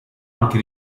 anche